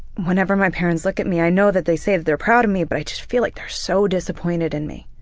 whenever my parents look at me i know that they say that they're proud of me, but i just feel like they're so disappointed in me.